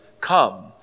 Come